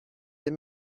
des